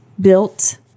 built